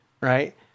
right